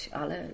ale